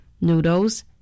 noodles